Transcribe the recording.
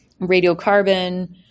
radiocarbon